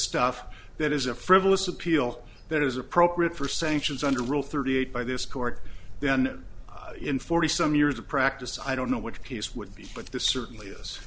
stuff that is a frivolous appeal that is appropriate for sanctions under rule thirty eight by this court then in forty some years of practice i don't know which case would be but this certainly is